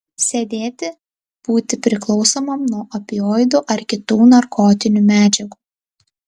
sėdėti būti priklausomam nuo opioidų ar kitų narkotinių medžiagų